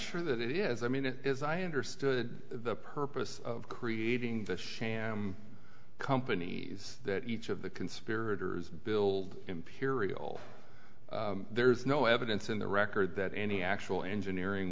sure that it is i mean it is i understood the purpose of creating the sham companies that each of the conspirators build imperial there's no evidence in the record that any actual engineering